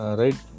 right